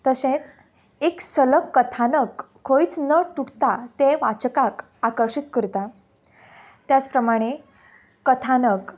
तशेंच एक सलक कथानक खंयच न तुटता तें वाचकाक आकर्शीत करता त्याच प्रमाणे कथानक